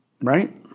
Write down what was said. Right